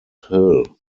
hill